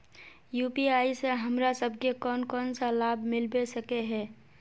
UPI से हमरा सब के कोन कोन सा लाभ मिलबे सके है?